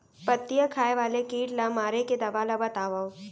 पत्तियां खाए वाले किट ला मारे के दवा ला बतावव?